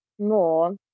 more